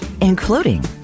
including